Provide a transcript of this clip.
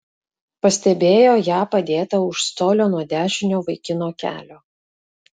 pastebėjo ją padėtą už colio nuo dešinio vaikino kelio